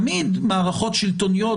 תמיד מערכות שלטוניות,